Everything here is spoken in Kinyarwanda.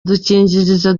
udukingirizo